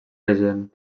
regent